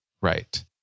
Right